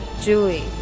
Julie